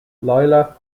lila